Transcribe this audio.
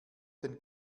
den